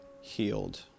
healed